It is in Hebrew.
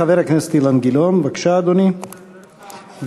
חבר הכנסת אילן גילאון, בבקשה, אדוני, ואחריו,